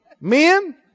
Men